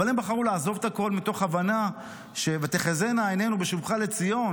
אבל הם בחרו לעזוב את הכול מתוך הבנה של "ותחזינה עינינו בשובך לציון".